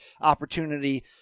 opportunity